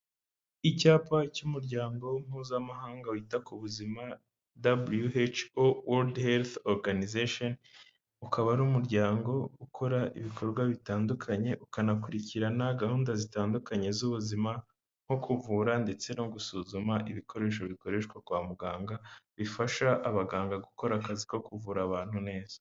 Icyapa cy'umuryango mpuzamahanga wita ku buzima WHO World Health Organization ukaba ari umuryango ukora ibikorwa bitandukanye ukanakurikirana gahunda zitandukanye z'ubuzima nko kuvura ndetse no gusuzuma ibikoresho bikoreshwa kwa muganga bifasha abaganga gukora akazi ko kuvura abantu neza.